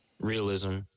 realism